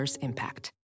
impact